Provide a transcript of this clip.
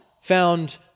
found